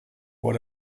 what